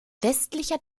westlicher